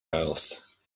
else